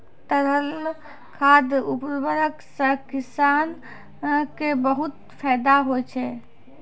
तरल खाद उर्वरक सें किसान क बहुत फैदा होय छै